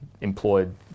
employed